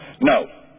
No